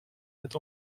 het